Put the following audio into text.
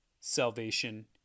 salvation